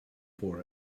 for